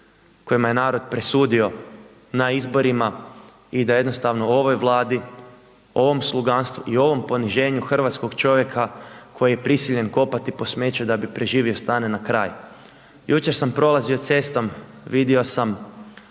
kojima je narod presudio na izborima i da jednostavno ovoj Vladi, ovom sluganstvu i ovom poniženju hrvatskog čovjeka koji je prisiljen kopati po smeću da bi preživio, stane na kraj. Jučer sam prolazio cestom, vidio sam